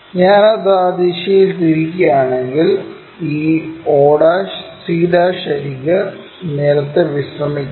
ഞാൻ അത് ആ ദിശയിൽ തിരിക്കുകയാണെങ്കിൽ ഈ o c അരിക് നിലത്ത് വിശ്രമിക്കണം